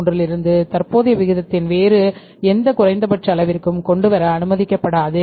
33 இலிருந்து தற்போதைய விகிதத்தின் வேறு எந்த குறைந்தபட்ச அளவிற்கும் கொண்டு வர அனுமதிக்கப்படாது